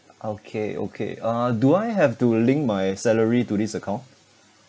okay okay uh do I have to link my salary to this account